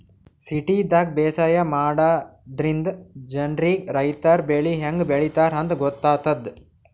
ಸಿಟಿದಾಗ್ ಬೇಸಾಯ ಮಾಡದ್ರಿನ್ದ ಜನ್ರಿಗ್ ರೈತರ್ ಬೆಳಿ ಹೆಂಗ್ ಬೆಳಿತಾರ್ ಅಂತ್ ಗೊತ್ತಾಗ್ತದ್